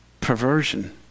perversion